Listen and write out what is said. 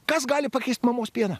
kas gali pakeist mamos pieną